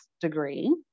degree